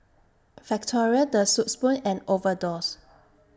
Factorie The Soup Spoon and Overdose